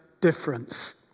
difference